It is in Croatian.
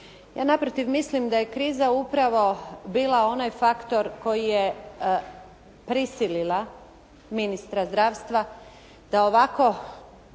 Ja naprotiv mislim da je kriza upravo bila onaj faktor koji je prisilila ministra zdravstva da ovako